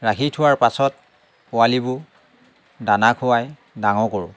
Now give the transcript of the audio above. ৰাখি থোৱাৰ পাছত পোৱালিবোৰ দানা খুৱাই ডাঙৰ কৰোঁ